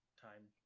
time